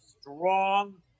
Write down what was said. strong